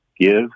Give